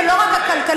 ולא רק הכלכלי,